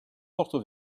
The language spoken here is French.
porto